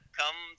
come